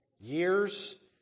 years